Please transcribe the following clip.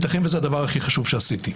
ייתכן וזה הדבר הכי חשוב שעשיתי.